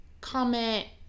comment